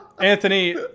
Anthony